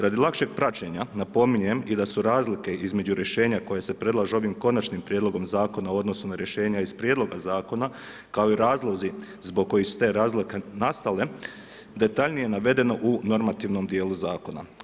Radi lakšeg praćenja, napominjem i da su razlike između rješenja kojim se predlažu ovim konačnim prijedlogom zakona, u odnosu na rješenja iz prijedloga zakona, kao i razlozi zbog kojih su te razlike nastale, detaljnije navedeno u normativnom dijelu zakona.